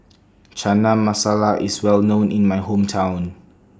Chana Masala IS Well known in My Hometown